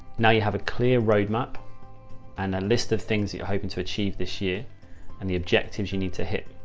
now you have a clear roadmap and a list of things you're hoping to achieve this year and the objectives you need to hit.